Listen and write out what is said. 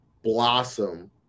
blossom